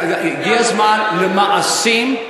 הגיע הזמן למעשים,